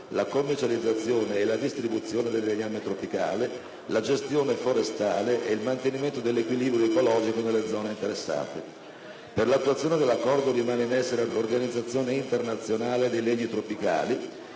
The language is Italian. la commercializzazione e la distribuzione del legname tropicale, la gestione forestale e il mantenimento dell'equilibrio ecologico nelle zone interessate. Per l'attuazione dell'accordo rimane in essere l'Organizzazione internazionale dei legni tropicali